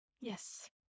yes